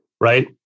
right